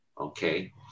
Okay